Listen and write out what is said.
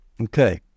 Okay